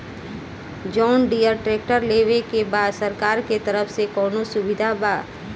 John Deere tractor लेवे के बा सरकार के तरफ से कौनो सुविधा बा?